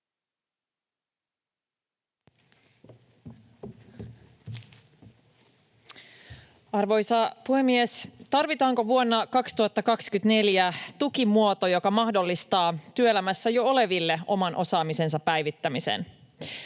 Arvoisa puhemies! Tarvitaanko vuonna 2024 tukimuoto, joka mahdollistaa työelämässä jo oleville oman osaamisensa päivittämisen?